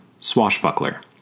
Swashbuckler